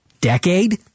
decade